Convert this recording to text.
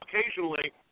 occasionally